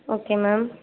okay ma'am